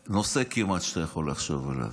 בכל נושא שאתה יכול לחשוב עליו.